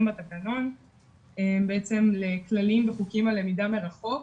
בתקנון לכללים וחוקים על למידה מרחוק.